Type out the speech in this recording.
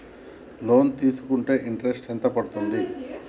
Loan తీస్కుంటే interest ఎంత పడ్తది?